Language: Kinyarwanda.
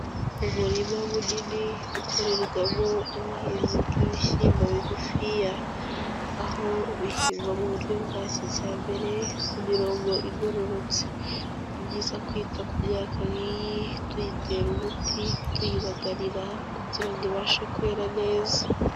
Umurima munnini ukorerwamo ubuhinzi bw'ibishyimbo bigufiya, aho bihingwa mu buryo bwa kijyambere ku mirongo igororotse, ni byiza kwita ku myaka nk'iyi tuyitera umuti, tuyibagarira kugira ibashe kwera neza.